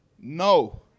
No